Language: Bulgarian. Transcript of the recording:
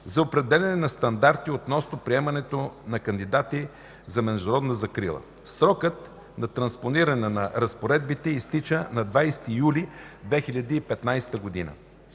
за определяне на стандарти относно приемането на кандидати за международна закрила (срокът за транспониране на разпоредбите й изтича на 20 юли 2015 г.).